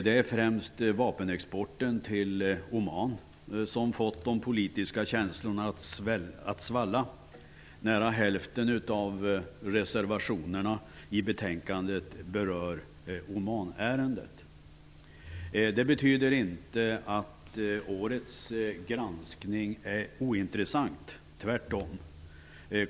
Det är främst vapenexporten till Oman som har fått de politiska känslorna att svalla. Nära hälften av reservationerna i betänkandet berör Omanärendet. Det betyder inte att årets granskning är ointressant, tvärtom.